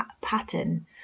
pattern